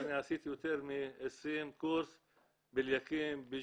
אני עשיתי יותר ב-20 קורסים ב --- בגולן,